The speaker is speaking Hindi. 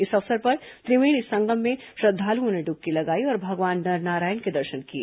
इस अवसर पर त्रिवेणी संगम में श्रद्दालुओं ने डुबकी लगाई और भगवान नर नारायण के दर्शन किए